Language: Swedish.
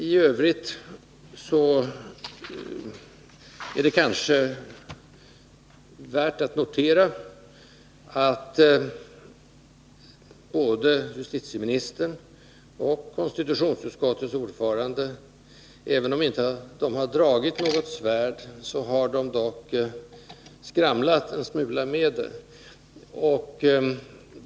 I övrigt är det kanske värt att notera att både justiteministern och konstitutionsutskottets ordförande, även om de inte har dragit sina svärd, dock har skramlat en smula med dem.